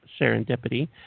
Serendipity